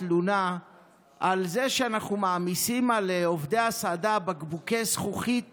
תלונה על זה שאנחנו מעמיסים על עובדי ההסעדה בקבוקי זכוכית